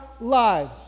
lives